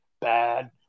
bad